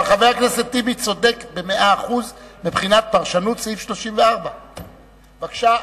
אבל חבר הכנסת טיבי צודק במאה אחוז מבחינת פרשנות סעיף 34. בבקשה,